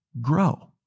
grow